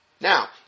Now